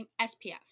SPF